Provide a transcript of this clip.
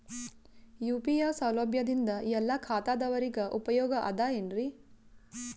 UPI ಸೌಲಭ್ಯದಿಂದ ಎಲ್ಲಾ ಖಾತಾದಾವರಿಗ ಉಪಯೋಗ ಅದ ಏನ್ರಿ?